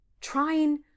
trying